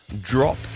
drop